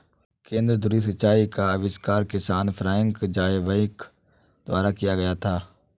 केंद्र धुरी सिंचाई का आविष्कार किसान फ्रैंक ज़ायबैक द्वारा किया गया था